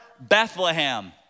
Bethlehem